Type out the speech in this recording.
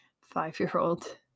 five-year-old